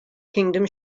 kingdom